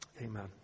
Amen